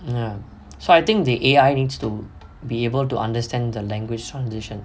um so I think the A_I needs to be able to understand the language transition